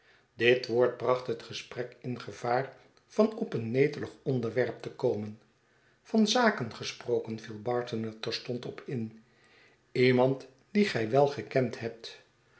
dit woord bracht het gesprek in gevaar van op een netelig onderwerp te komen van zaken gesproken viel barton er terstond op in iemand dien gij wel gekend hebt